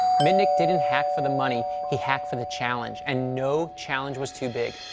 mitnick didn't hack for the money. he hacked for the challenge. and no challenge was too big.